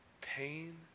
pain